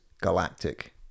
galactic